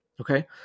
Okay